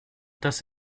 dass